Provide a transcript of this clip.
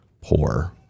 poor